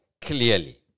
clearly